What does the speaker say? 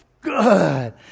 good